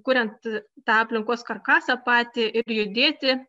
kuriant aplinkos karkasą patį ir judėti